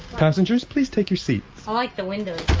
passengers, please take your seats. i like the windows